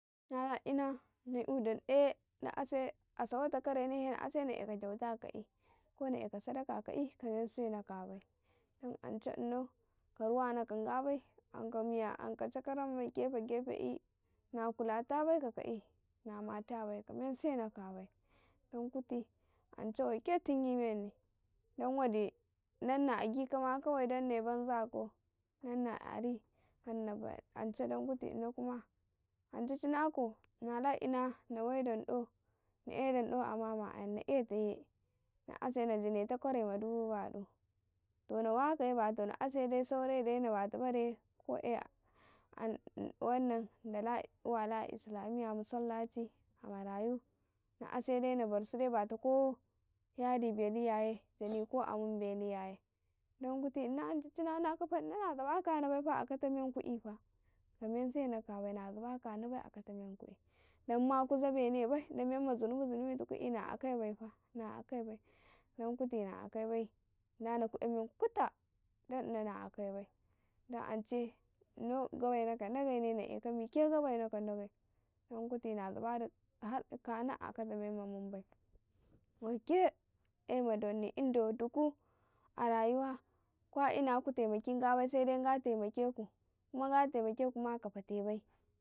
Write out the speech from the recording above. Nala ina na ''yu danɗaye na ase asawata karena na eka kyauta kai ko na eka sadaka kaka'i kamen sena ka bai ance inau ka men damunako ka nga bai anka miya anka chakarama ma gefe gefe i na kulata bai ka ka'i na matabai ka men sena ka bai dan kuti ance waika tungi mennau dan waɗi nanna a gika ma kawai dn neyi banza ko ance ci nakau nala ina na wai dan dan na e danɗa a mama yan na etaye na ase na ja neta kare ma dubu baɗu to na wakaye fa na ase dai kinedai na bata bare a ndala wala islamiya ko marayu na asede nabarsu de bata ko yadi belu yaye jani ko amun belu yaye, dankuti inau ance cineka fanna nazaba kana baifa a akta men ku ƃi fa, kamensena kabai nazaba kana bai a akafa men ku ƃin dan ma ku zabene bai dan memma zunubi zunubi tuku ey na ku'i na akai baifa, na akaibai dan kuti na akabai dane ku e menku kuta dan ina na a kai bai, dan ance inan gobe na ka dage, na eka miki gabe na k ndage, dan kuti na zaba di kana a akata memma mun bai, wai ke e ma donni inda a rayuwa kwa ina ku tanaki nga bai sede nga temakekuma ka fafe bai.